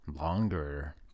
Longer